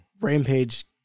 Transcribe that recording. Rampage